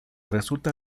resulta